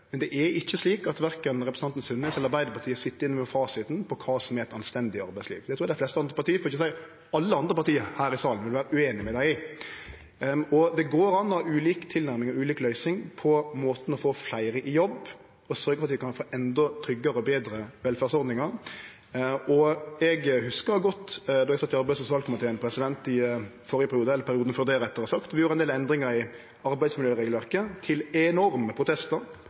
Men verken representanten Sundnes eller Arbeidarpartiet sit med fasiten på kva som er eit anstendig arbeidsliv. Det trur eg dei fleste andre parti, for ikkje å seie alle andre parti, her i salen vil vere ueinige med dei i. Det går an å ha ulik tilnærming til og ulik løysing på korleis ein skal få fleire i jobb og sørgje for at vi kan få endå tryggare og betre velferdsordningar. Eg hugsar godt då eg sat i arbeids- og sosialkomiteen i perioden før førre periode – vi gjorde ein del endringar i arbeidsmiljøregelverket til enorme protestar